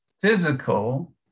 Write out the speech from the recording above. physical